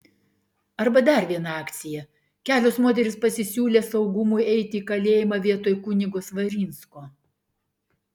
arba dar viena akcija kelios moterys pasisiūlė saugumui eiti į kalėjimą vietoj kunigo svarinsko